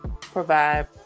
provide